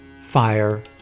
fire